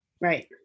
Right